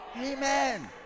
Amen